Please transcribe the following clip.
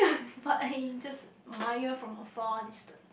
but I just admire from the far distance